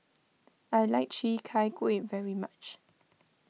I like Chi Kak Kuih very much